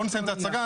בואו נסיים את ההצעה.